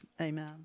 Amen